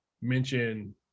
mention